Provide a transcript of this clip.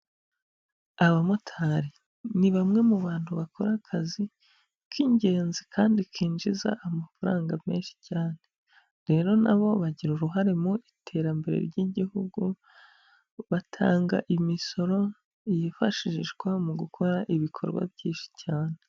Abamotari ni bamwe mu bantu bakora akazi k'ingenzi kandi kinjiza amafaranga menshi cyane. Rero na bo bagira uruhare mu iterambere ry'igihugu, batanga imisoro yifashishwa mu gukora ibikorwa byinshi cyane.